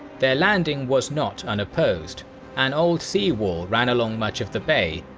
their landing was not unopposed an old sea wall ran along much of the bay,